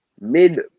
mid